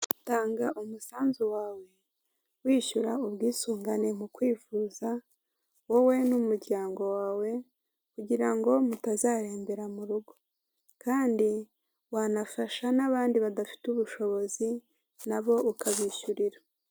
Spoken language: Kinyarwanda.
Tanga umusanzu wawe wishyura ubwisungane mu kwivuza wowe n'umuryango wawe, kugira mutazarembera mu rugo, kandi wanafasha n'abandi badafite ubushobozi nabo ukabishyurira.